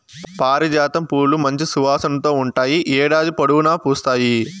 పారిజాతం పూలు మంచి సువాసనతో ఉంటాయి, ఏడాది పొడవునా పూస్తాయి